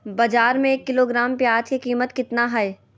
बाजार में एक किलोग्राम प्याज के कीमत कितना हाय?